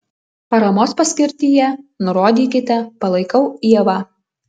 paramos paskirtyje nurodykite palaikau ievą